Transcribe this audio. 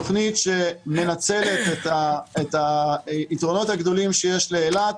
תוכנית שמנצלת את היתרונות הגדולים שיש לאילת,